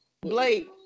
Blake